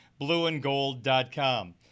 blueandgold.com